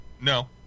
No